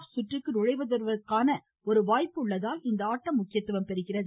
ப் சுற்றுக்கு நுழைவதற்கான ஒரு வாய்ப்பு உள்ளதால் இந்த ஆட்டம் முக்கியத்துவம் பெறுகிறது